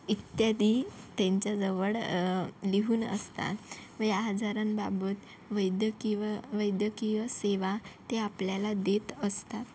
इत्यादी त्यांच्याजवळ लिहून असतात व या आजारांबाबत वैद्यकीव वैद्यकीय सेवा ते आपल्याला देत असतात